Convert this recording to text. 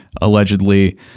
allegedly